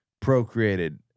procreated